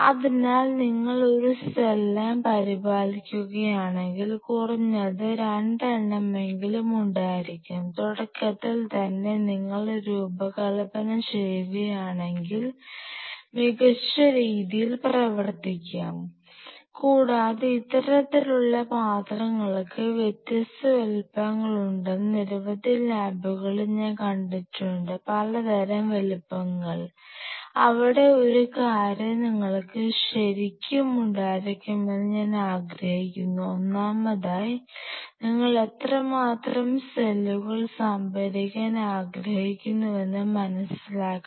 അതിനാൽ നിങ്ങൾ ഒരു സെൽ ലൈൻ പരിപാലിക്കുകയാണെങ്കിൽ കുറഞ്ഞത് 2 എണ്ണമെങ്കിലും ഉണ്ടായിരിക്കണം തുടക്കത്തിൽ തന്നെ നിങ്ങൾ ഇത് രൂപകൽപ്പന ചെയ്യുകയാണെങ്കിൽ മികച്ചരീതിയിൽ പ്രവർത്തിക്കാം കൂടാതെ ഇത്തരത്തിലുള്ള പാത്രങ്ങൾക്ക് വ്യത്യസ്ത വലുപ്പങ്ങളുണ്ടെന്നും നിരവധി ലാബുകളിൽ ഞാൻ കണ്ടിട്ടുണ്ട് പലതരം വലുപ്പങ്ങൾ അവിടെ ഒരു കാര്യം നിങ്ങൾക്ക് ശരിക്കും ഉണ്ടായിരിക്കണമെന്ന് ഞാൻ ആഗ്രഹിക്കുന്നു ഒന്നാമതായി നിങ്ങൾ എത്രമാത്രം സെല്ലുകൾ സംഭരിക്കാൻ ആഗ്രഹിക്കുന്നുവെന്ന് മനസ്സിലാക്കണം